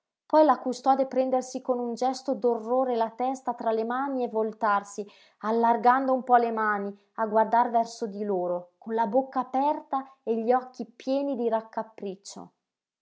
poi la custode prendersi con un gesto d'orrore la testa tra le mani e voltarsi allargando un po le mani a guardare verso di loro con la bocca aperta e gli occhi pieni di raccapriccio